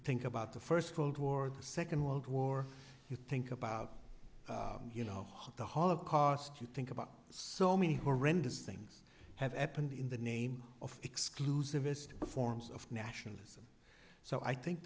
think about the first world war the second world war you think about you know the holocaust you think about so many horrendous things have happened in the name of exclusivist forms of nationalism so i think